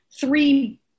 Three